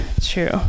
true